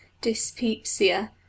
dyspepsia